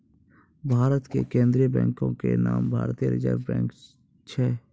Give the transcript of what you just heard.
भारत के केन्द्रीय बैंको के नाम भारतीय रिजर्व बैंक छै